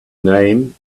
name